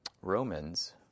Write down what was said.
Romans